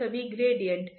raw pressure gradient